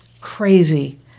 crazy